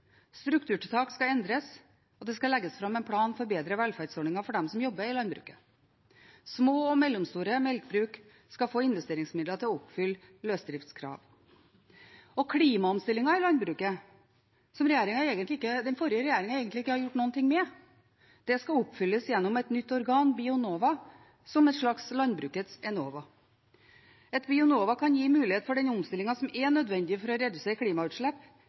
strukturtiltak skal endres, det skal legges fram en plan for bedre velferdsordninger for dem som jobber i landbruket, og små og mellomstore melkebruk skal få investeringsmidler til å oppfylle løsdriftskrav. Klimaomstillingen i landbruket, som den forrige regjeringen egentlig ikke har gjort noe med, skal oppfylles gjennom et nytt organ, Bionova, som et slags landbrukets Enova. Et Bionova kan gi mulighet for den omstillingen som er nødvendig for å redusere klimautslipp